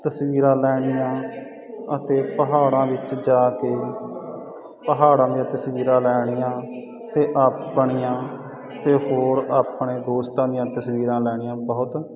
ਤਸਵੀਰਾਂ ਲੈਣੀਆਂ ਅਤੇ ਪਹਾੜਾਂ ਵਿੱਚ ਜਾ ਕੇ ਪਹਾੜਾਂ ਦੀਆਂ ਤਸਵੀਰਾਂ ਲੈਣੀਆਂ ਅਤੇ ਆਪਣੀਆਂ ਅਤੇ ਹੋਰ ਆਪਣੇ ਦੋਸਤਾਂ ਦੀਆਂ ਤਸਵੀਰਾਂ ਲੈਣੀਆਂ ਬਹੁਤ